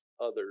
others